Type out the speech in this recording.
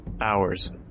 Hours